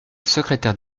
secrétaire